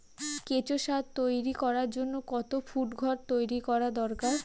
কেঁচো সার তৈরি করার জন্য কত ফুট ঘর তৈরি করা দরকার?